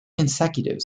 consecutive